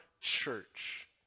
church